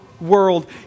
world